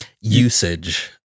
usage